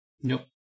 nope